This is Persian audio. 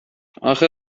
آخه